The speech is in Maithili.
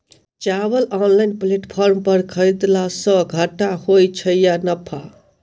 चावल ऑनलाइन प्लेटफार्म पर खरीदलासे घाटा होइ छै या नफा?